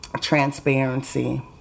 transparency